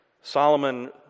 Solomon